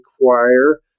require